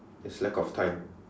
is lack of time